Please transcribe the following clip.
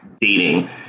dating